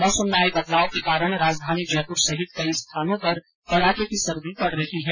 मौसम में आये बदलाव के कारण राजधानी जयपुर सहित कई स्थानों पर कड़ाके की सर्दी पड़ रही है